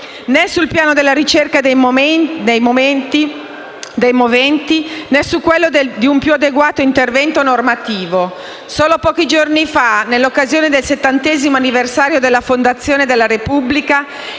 né sul piano della ricerca dei moventi, né su quello di un più adeguato intervento normativo. Solo pochi giorni fa, in occasione del settantesimo anniversario della fondazione della Repubblica,